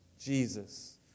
Jesus